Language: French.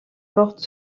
porte